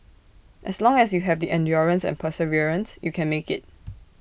as long as you have the endurance and perseverance you can make IT